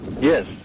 Yes